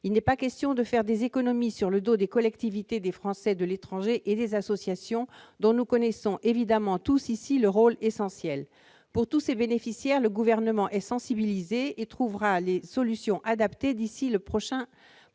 Il n'est pas question de faire des économies sur le dos des collectivités, des Français de l'étranger et des associations, dont nous connaissons évidemment tous ici le rôle essentiel. « Pour tous ces bénéficiaires, le Gouvernement est sensibilisé et trouvera les solutions adaptées d'ici au prochain projet